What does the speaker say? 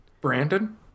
Brandon